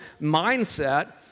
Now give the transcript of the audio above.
mindset